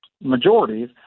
majorities